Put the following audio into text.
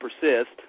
persist